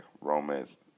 romance